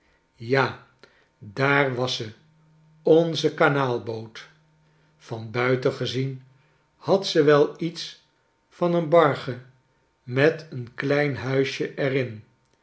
ja daar was ze onze kanaalboot van buiten gezien had ze wel iets van een barge met een klein huisje er